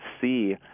see